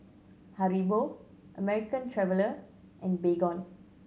Haribo American Traveller and Baygon